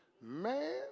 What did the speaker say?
man